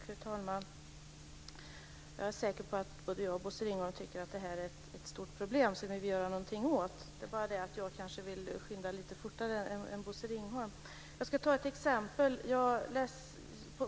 Fru talman! Jag är säker på att både jag och Bosse Ringholm tycker att det här är ett stort problem som vi vill göra något åt. Det är bara det att jag kanske vill skynda på det lite mer än Bosse Ringholm.